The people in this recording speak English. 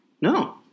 No